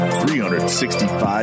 365